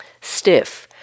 stiff